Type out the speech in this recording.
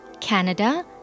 Canada